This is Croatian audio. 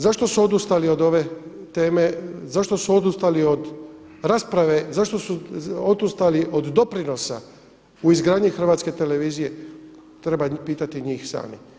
Zašto su odustali od ove teme, zašto su odustali od rasprave, zašto su odustali od doprinosa u izgradnji Hrvatske televizije, treba pitati njih same.